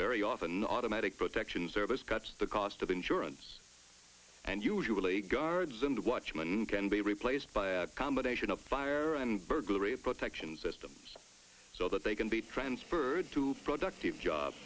very often automatic protection service cuts the cost of insurance and usually guards and watchman can be replaced by a combination of fire and burglary protection systems so that they can be transferred to productive job